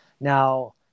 Now